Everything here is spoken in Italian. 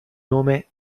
nome